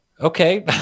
okay